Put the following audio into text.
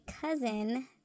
cousin